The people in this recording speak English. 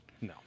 No